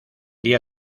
día